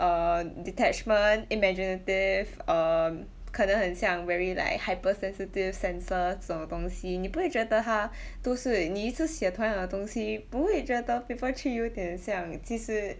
err detachment imaginative um 可能很像 very like hypersensitive senses 这种东西你不会觉得他 不是你一直写同样的东西不会觉得 paper three 有点像其实